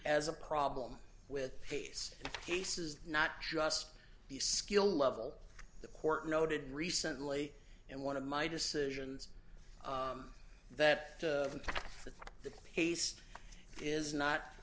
as a problem with pace cases not just the skill level the court noted recently and one of my decisions that the pace is not